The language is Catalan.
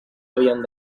havien